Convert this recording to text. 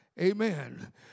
Amen